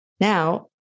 Now